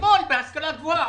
אתמול אמרו לנו בהשכלה הגבוהה: